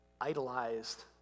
idolized